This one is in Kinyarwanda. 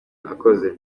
akoze